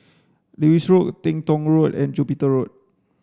Lewis Road Teng Tong Road and Jupiter Road